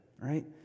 right